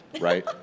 right